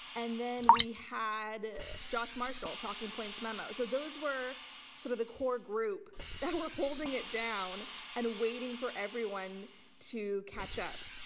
and then we had josh marshall, talking points memo. so those were sort of the core group that were holding it down and waiting for everyone to catch up.